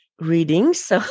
readings